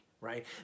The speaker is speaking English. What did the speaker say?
right